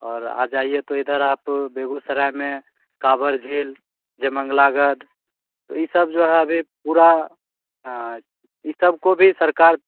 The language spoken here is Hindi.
और आ जाइए तो इधर आप बेगूसराय में काँवर झील जयमंगालगढ़ तो इन सब जो है अभी पूरा इन सबको भी सरकार